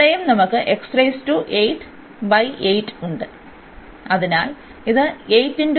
ഇവിടെയും നമുക്ക് ഉണ്ട് അതിനാൽ ഇത് ആണ്